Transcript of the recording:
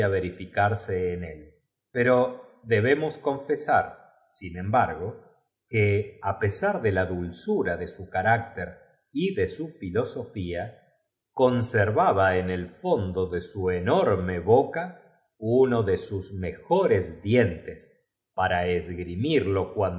verificarse en el pero debemos confesar sin embargo que á pesar de la dulzu ra de su carácter y de su fi losofía conservaba en el fondo de su enorme boca uno de sus mejores dientes para esgrimirlo